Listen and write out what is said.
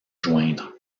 joindre